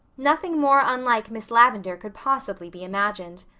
nothing more unlike miss lavendar could possibly be imagined.